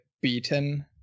Beaten